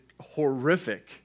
horrific